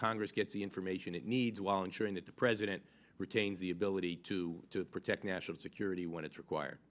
congress gets the information it needs while ensuring that the president retains the ability to protect national security when it's required